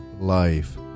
life